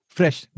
fresh